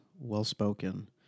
well-spoken